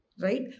Right